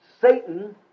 Satan